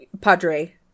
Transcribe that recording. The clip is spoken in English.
Padre